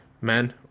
men